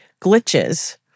glitches